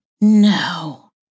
No